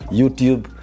youtube